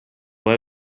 let